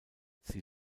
sie